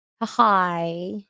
Hi